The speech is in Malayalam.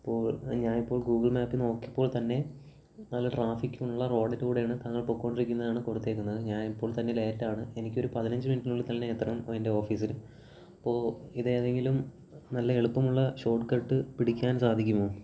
അപ്പോൾ ഞാനിപ്പോൾ ഗൂഗിൾ മാപ്പ് നോക്കിയപ്പോൾ തന്നെ നല്ല ട്രാഫിക്ക് ഉള്ള റോഡിലൂടെയാണ് താങ്കൾ പൊയ്ക്കൊണ്ടിരിക്കുന്നെന്നാണ് കൊടുത്തേക്കുന്നത് ഞാന് ഇപ്പോൾ തന്നെ ലേറ്റാണ് എനിക്കൊരു പതിനഞ്ച് മിനിറ്റിനുള്ളിൽ തന്നെ എത്തണം എൻ്റെ ഓഫീസില് അപ്പോള് ഇത് ഇതേതെങ്കിലും നല്ല എളുപ്പമുള്ള ഷോട്ട് കട്ട് പിടിക്കാൻ സാധിക്കുമോ